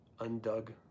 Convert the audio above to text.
undug